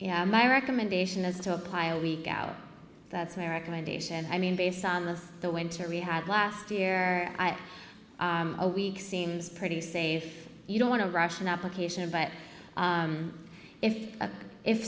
yeah my recommendation is to apply a week out that's american ideation i mean based on the the winter we had last year i had a week seems pretty safe you don't want to rush an application but if if